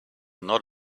not